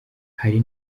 hari